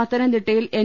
പത്ത നംതിട്ടയിൽ എൻ